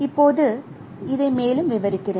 இப்போது இதை மேலும் விவரிக்கிறேன்